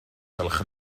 gwelwch